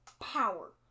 power